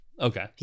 Okay